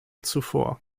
zuvor